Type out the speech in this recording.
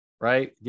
right